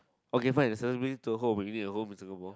okay fine accessibility to a home give me a home in Singapore